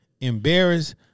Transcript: embarrassed